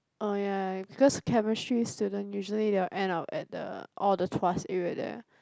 oh ya because chemistry student usually they will end up at the all the Tuas area there